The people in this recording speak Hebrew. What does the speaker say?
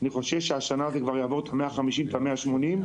אז אני חושב שהשנה אנחנו נעבור כבר את ה-150 - 180 נרצחים.